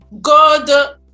God